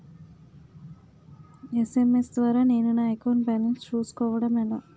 SMS ద్వారా నేను నా అకౌంట్ బాలన్స్ చూసుకోవడం ఎలా?